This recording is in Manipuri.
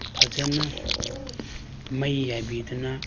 ꯐꯖꯅ ꯃꯩ ꯌꯥꯏꯕꯤꯗꯅ